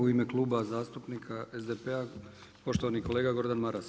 U ime Kluba zastupnika SDP-a, poštovani kolega Gordan Maras.